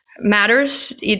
matters